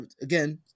again